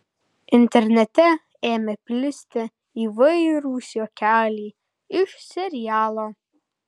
internete ėmė plisti įvairūs juokeliai iš serialo